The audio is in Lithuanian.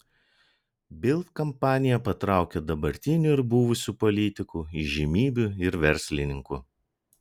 bild kampanija patraukė dabartinių ir buvusių politikų įžymybių ir verslininkų